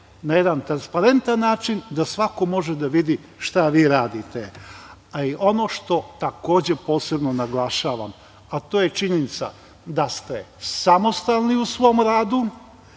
na jedan transparentan način, da svako može da vidi šta vi radite. Ono šta takođe posebno naglašavam, a to je činjenica da ste samostalni u svom radu,